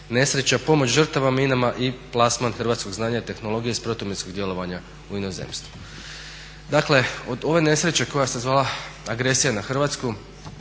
nesreća, pomoć žrtvama minama i plasman hrvatskog znanja i tehnologije iz protuminskog djelovanja u inozemstvu. Dakle od ove nesreće koja se zvala agresija na Hrvatsku